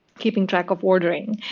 keeping track of ordering.